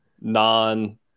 non